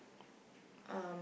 um